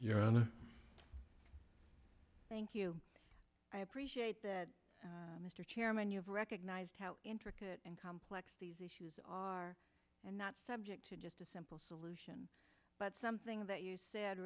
thank you i appreciate that mr chairman you've recognized how intricate and complex these issues are and not subject to just a simple solution but something that you said